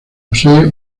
posee